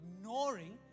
ignoring